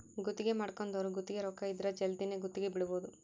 ಗುತ್ತಿಗೆ ಮಾಡ್ಕೊಂದೊರು ಗುತ್ತಿಗೆ ರೊಕ್ಕ ಇದ್ರ ಜಲ್ದಿನೆ ಗುತ್ತಿಗೆ ಬಿಡಬೋದು